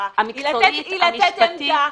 היא לתת עמדה.